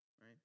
Right